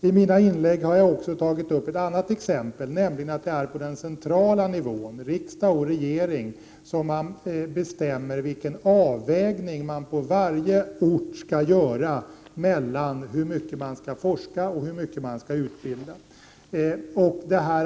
I mina inlägg har jag också tagit upp ett annat exempel, nämligen att det är på den centrala nivån, riksdag och regering, som det bestäms vilken avvägning man på varje ort skall göra mellan hur mycket man skall forska och hur mycket man skall utbilda.